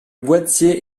boîtier